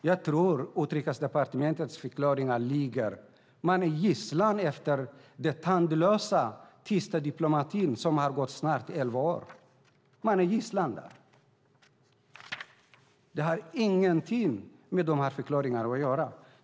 Jag tror att Utrikesdepartementets förklaringar ligger i att man är gisslan under den tandlösa tysta diplomatin som pågått i snart elva år. Det har ingenting med dessa förklaringar att göra.